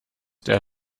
der